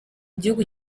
gihugu